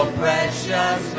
precious